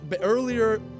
Earlier